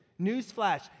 newsflash